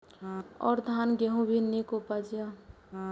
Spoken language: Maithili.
और धान गेहूँ भी निक उपजे ईय?